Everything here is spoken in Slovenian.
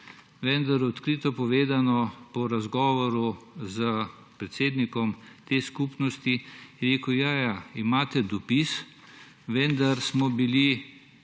Vendar odkrito povedano, po razgovoru s predsednikom te skupnosti, ki je rekel, ja, ja imate dopis, vendar smo bili